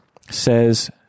says